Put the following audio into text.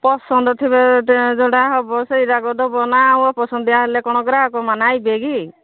ପସନ୍ଦ ଥିବ ଯୋଉଟା ହେବ ସେଇଟାକୁ ଦେବ ନା ଆଉ ଅପସନ୍ଦୀୟା ହେଲେ କ'ଣ ଗ୍ରାହକମାନେ ଆସିବେ କି